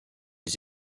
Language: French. les